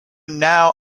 now